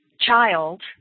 child